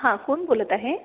हा कोण बोलत आहे